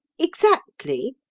exactly?